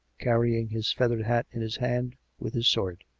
carrying his feathered hat in his hand, with his sword.